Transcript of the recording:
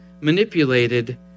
manipulated